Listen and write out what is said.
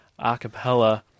Acapella